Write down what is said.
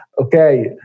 Okay